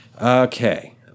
Okay